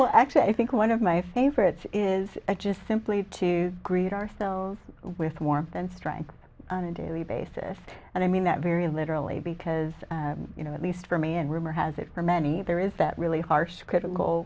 well actually i think one of my favorites is just simply to greet ourselves with warmth and strength on a daily basis and i mean that very literally because you know at least for me and rumor has it for many there is that really harsh critical